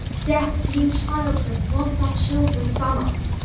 death, being childless, wants our children from us.